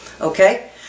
Okay